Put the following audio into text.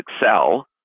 Excel